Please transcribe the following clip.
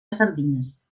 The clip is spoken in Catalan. sardines